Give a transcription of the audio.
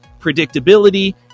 predictability